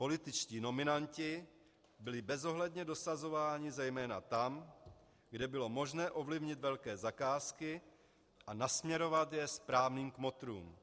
Političtí nominanti byli bezohledně dosazováni zejména tam, kde bylo možné ovlivnit velké zakázky a nasměrovat je správným kmotrům.